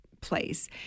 place